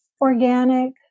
organic